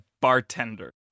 bartender